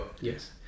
yes